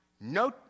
No